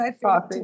Coffee